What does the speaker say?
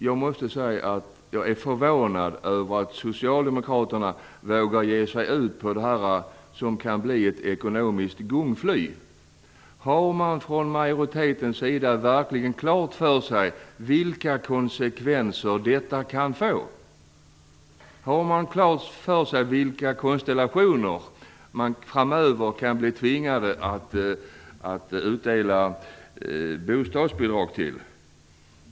Jag är förvånad över att socialdemokraterna vågar ge sig in på detta som kan bli ett ekonomiskt gungfly. Har man från majoritetens sida verkligen klart för sig vilka konsekvenser detta kan få? Har man klart för sig vilka konstellationer man framöver kan bli tvingad att utdela bostadsbidrag till?